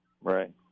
Right